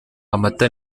amata